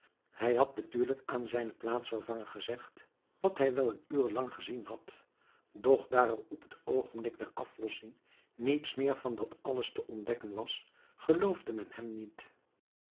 hij had natuurlijk aan zijnen plaatsvervanger gezegd wat hij wel een uur lang gezien had doch daar er op het oogenblik der aflossing niets meer van dat alles te ontdekken was geloofde men hem niet